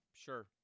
Sure